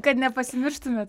kad nepasimirštumėt